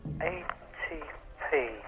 A-T-P